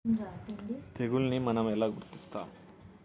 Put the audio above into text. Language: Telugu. తెగులుని మనం ఎలా గుర్తిస్తాము?